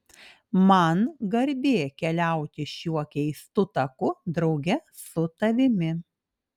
man garbė keliauti šiuo keistu taku drauge su tavimi